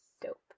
Dope